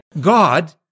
God